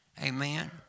Amen